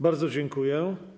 Bardzo dziękuję.